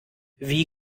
wie